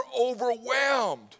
overwhelmed